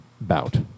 bout